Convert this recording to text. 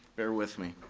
bear with me.